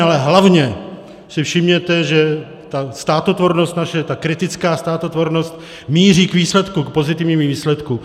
Ale hlavně si všimněte, že ta státotvornost naše, ta kritická státotvornost míří k výsledku, k pozitivnímu výsledku.